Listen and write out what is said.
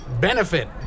benefit